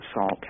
salt